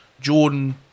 Jordan